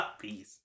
Peace